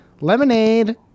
Lemonade